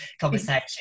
conversation